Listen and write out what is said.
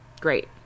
great